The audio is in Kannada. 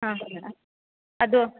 ಹಾಂ ಅದು